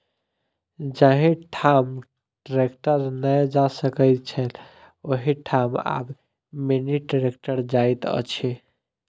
जाहि ठाम ट्रेक्टर नै जा सकैत छलै, ओहि ठाम आब मिनी ट्रेक्टर जाइत अछि